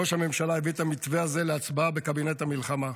ראש הממשלה הביא את המתווה הזה להצבעה בקבינט המלחמה.